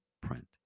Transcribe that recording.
print